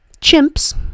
chimps